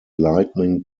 lightning